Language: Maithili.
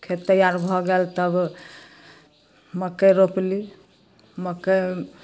खेत तैआर भऽ गेल तब मकइ रोपलहुँ मकइ